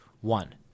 One